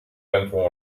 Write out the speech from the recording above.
pentru